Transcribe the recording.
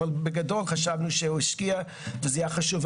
אבל בגדול חשבנו שהוא השקיע וזה עניין חשוב.